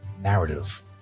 narrative